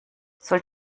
soll